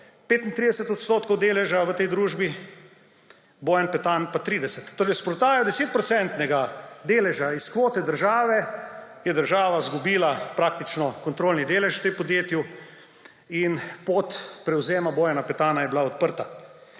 deleža v tej družbi, Bojan Petan pa 30. Torej, s prodajo 10-procentnega deleža iz kvote države, je država izgubila praktično kontrolni delež v tem podjetju in pot prevzema Bojana Petana je bila odprta.